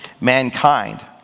mankind